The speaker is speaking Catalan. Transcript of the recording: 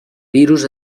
virus